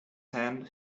hand